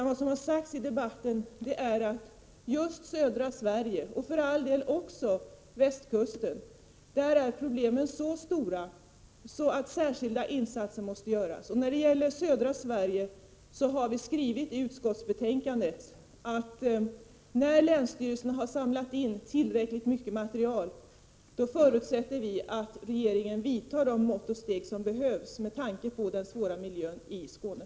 Vad som har sagts i debatten är att miljöproblemen i just södra Sverige, och för den delen också på västkusten, är så stora att särskilda insatser måste göras. Vad gäller södra Sverige har vi skrivit i utskottsbetänkandet att när länsstyrelserna har samlat in tillräckligt mycket material förutsätter vi att regeringen vidtar de mått och steg som behövs med tanke på den svåra miljösituationen i Skåne.